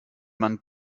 man